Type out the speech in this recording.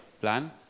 plan